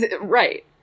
Right